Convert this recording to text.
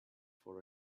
for